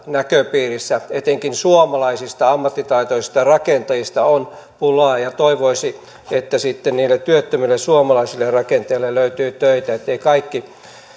näköpiirissä ja etenkin suomalaisista ammattitaitoisista rakentajista on pulaa toivoisi että sitten niille työttömille suomalaisille rakentajille löytyy töitä etteivät kaikki